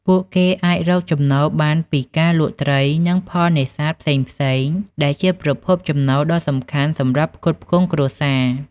ពួកគេអាចរកចំណូលបានពីការលក់ត្រីនិងផលនេសាទផ្សេងៗ ដែលជាប្រភពចំណូលដ៏សំខាន់សម្រាប់ផ្គត់ផ្គង់គ្រួសារ។